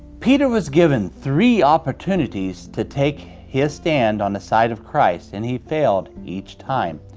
peter was given three opportunities to take his stand on the side of christ and he failed each time.